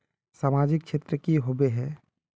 सामाजिक क्षेत्र की होबे है?